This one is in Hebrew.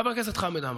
חבר הכנסת חמד עמאר,